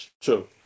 true